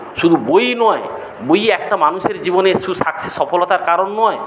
শুধু বইই নয় বই একটা মানুষের জীবনে সাকসেস সফলতার কারণ নয়